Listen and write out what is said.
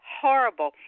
horrible